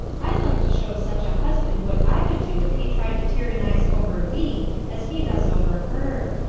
i'd like to show such a husband what i would do if he tried to tyrannize over me as he does over her!